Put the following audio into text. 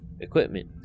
equipment